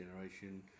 Generation